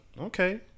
Okay